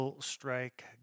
Strike